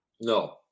No